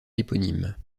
éponyme